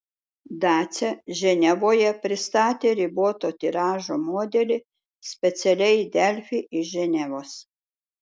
dacia ženevoje pristatė riboto tiražo modelį specialiai delfi iš ženevos